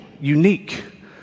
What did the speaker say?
unique